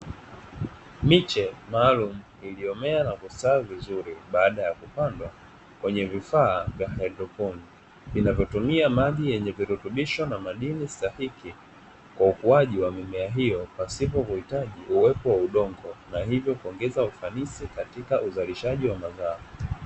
Miche maalumu iliyomea na kustawi vizuri baada ya kupandwa kwenye vifaa vya haidroponi, vinavyotumia maji yenye virutubisho na madini stahiki kwa ukuaji ya mimea hiyo pasipo kuhitaji uwepo wa udongo na hivyo kuongeza ufanisi katika uzalishaji wa mazao.